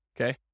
Okay